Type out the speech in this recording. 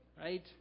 Right